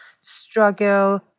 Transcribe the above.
struggle